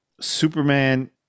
superman